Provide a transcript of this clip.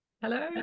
Hello